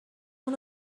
اون